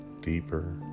deeper